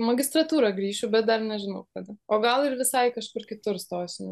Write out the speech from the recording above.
magistratūrą grįšiu bet dar nežinau kada o gal ir visai kažkur kitur stosiu